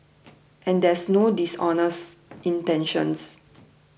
and there is no dishonest intention